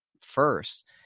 first